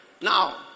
Now